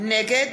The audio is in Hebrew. נגד